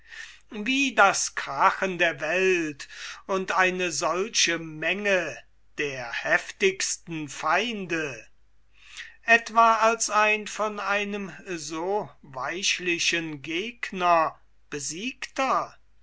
wie das krachen der welt und eine solche menge der heftigsten feinde etwa als ein von einem weichlichen gegner besiegter